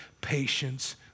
patience